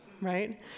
right